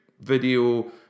video